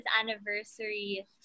anniversary